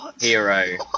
Hero